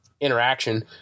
interaction